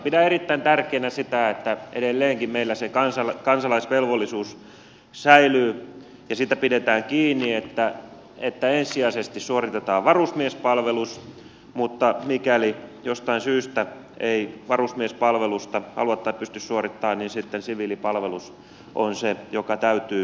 pidän erittäin tärkeänä sitä että edelleenkin meillä se kansalaisvelvollisuus säilyy ja siitä pidetään kiinni että ensisijaisesti suoritetaan varusmiespalvelus mutta mikäli jostain syystä ei varusmiespalvelusta halua tai pysty suorittamaan niin sitten siviilipalvelus on se joka täytyy suorittaa